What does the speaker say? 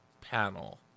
panel